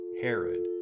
Herod